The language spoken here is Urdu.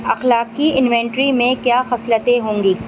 اخلاقی انوینٹری میں کیا خصلتیں ہوں گی